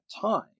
time